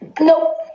Nope